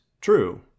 true